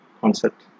concept